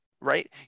right